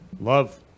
love